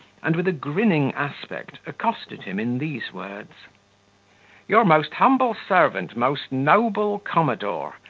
and with a grinning aspect accosted him in these words your most humble servant, most noble commodore!